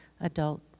adult